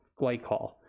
glycol